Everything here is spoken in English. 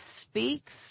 speaks